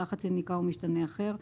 לחץ יניקה או משתנה אחר,